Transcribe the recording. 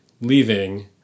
leaving